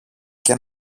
και